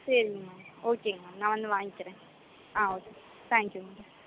சரிங்க ma'am okay ma'am நான் வந்து வாங்கிக்கிறேன் ஆ ஓகே தேங்க்யூ மேம்